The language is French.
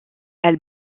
elle